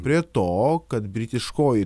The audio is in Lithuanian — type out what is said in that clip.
prie to kad britiškoji